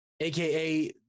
AKA